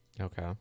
Okay